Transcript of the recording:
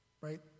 right